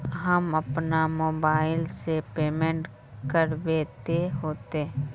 हम अपना मोबाईल से पेमेंट करबे ते होते?